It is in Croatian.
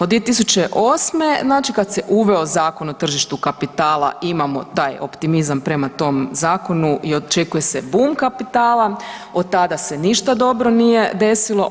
Od 2008. znači kad se uveo Zakon o tržištu kapitala imamo taj optimizam prema tom zakonu i očekuje se bum kapitala, od tada se ništa dobro nije desilo.